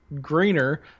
Greener